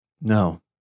No